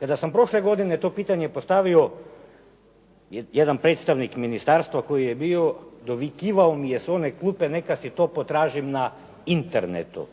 Kada sam prošle godine to pitanje postavio jedan predstavnik ministarstva koji je bio dovikivao mi je s one klupe neka si to potražim na internetu.